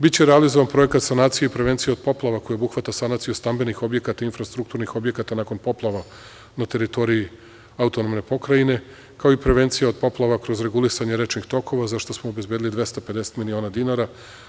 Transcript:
Biće realizovan projekat sanacije i prevencije od poplava koji obuhvata sanaciju stambenih objekata i infrastrukturnih objekata nakon poplava na teritoriji AP, kao i prevencija od poplava kroz regulisanje rečnih tokova zašta smo obezbedili 250 miliona dinara.